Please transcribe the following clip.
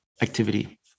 activity